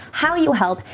how you help,